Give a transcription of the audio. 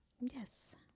yes